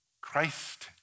Christ